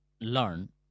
learn